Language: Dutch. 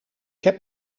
heb